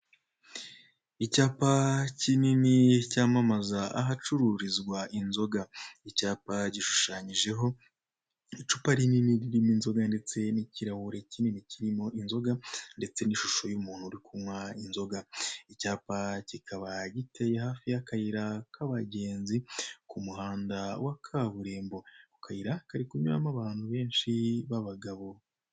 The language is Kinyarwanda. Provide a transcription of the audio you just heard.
Icyapa kinini cyamamaza ahacururizwa inzoga, icyapa gishushanyijeho icupa rinini ririmo inzoga ndetse n'ikirahure kinini kirimo inzoga, ndetse n'ishusho y'umuntu uri kunywa inzoga, icyapa kikaba giteye hafi y'akayira k'abagenzi ku muhanda wa kaburimbo, akayira kari kunyuramo abantu benshi babagabo.